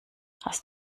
hast